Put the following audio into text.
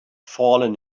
fallen